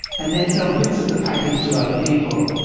and then sell bits of the package to other people,